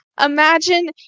imagine